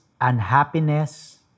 unhappiness